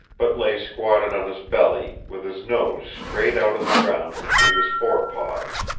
but lay squatted on his belly, with his nose straight out on the ground between his forepaws.